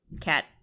cat